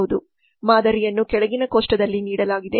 ಮಾದರಿಯನ್ನು ಕೆಳಗಿನ ಕೋಷ್ಟಕದಲ್ಲಿ ನೀಡಲಾಗಿದೆ